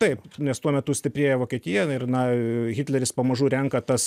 taip nes tuo metu stiprėja vokietija ir na hitleris pamažu renka tas